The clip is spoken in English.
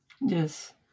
Yes